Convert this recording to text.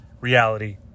reality